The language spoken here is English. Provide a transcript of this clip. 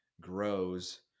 grows